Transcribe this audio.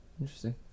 Interesting